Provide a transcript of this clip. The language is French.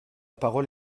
parole